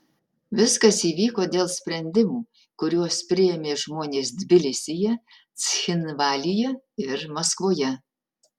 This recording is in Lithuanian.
viskas įvyko dėl sprendimų kuriuos priėmė žmonės tbilisyje cchinvalyje ir maskvoje